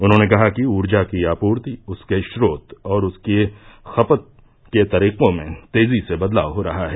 उन्होंने कहा कि ऊर्जा की आपूर्ति उसके च्रोत और उसकी खपत के तरीको में तेजी से बदलाव हो रहा है